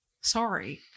Sorry